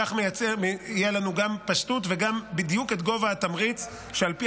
וכך יהיו לנו גם פשטות וגם בדיוק את גובה התמריץ שעל פי